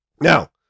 Now